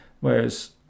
whereas